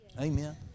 Amen